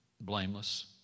blameless